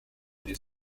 des